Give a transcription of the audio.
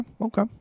okay